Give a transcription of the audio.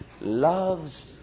loves